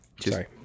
sorry